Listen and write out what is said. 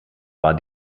war